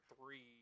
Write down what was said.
three